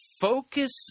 Focus